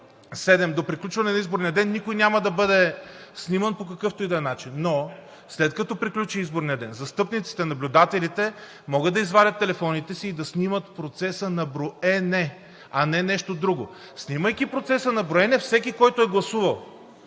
7,00 до приключване на изборния ден никой няма да бъде сниман по какъвто и да е начин, но след като приключи изборният ден, застъпниците и наблюдателите могат да извадят телефоните си и да снимат процеса на броене, а не нещо друго. Снимайки процеса на броене всеки, който е гласувал